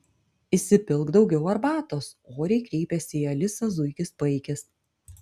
įsipilk daugiau arbatos oriai kreipėsi į alisą zuikis paikis